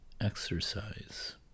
exercise